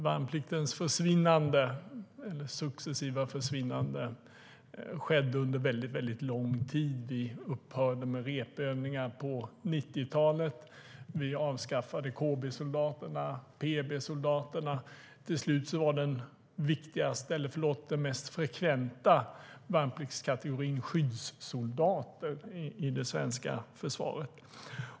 Värnpliktens successiva försvinnande skedde under väldigt lång tid. Vi upphörde med repövningar på 90-talet. Vi avskaffade KB-soldaterna och PB-soldaterna. Till slut var den mest frekventa värnpliktskategorin skyddssoldater i det svenska försvaret.